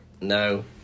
No